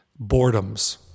boredoms